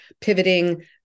pivoting